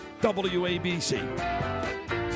WABC